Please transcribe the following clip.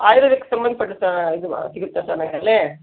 ಆಯುರ್ವೇದಕ್ಕೆ ಸಂಬಂಧಪಟ್ಟದ್ದು ಇದು ಸಿಗುತ್ತಾ ಸರ್